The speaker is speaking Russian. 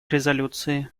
резолюции